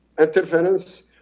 interference